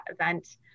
event